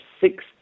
six